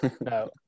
No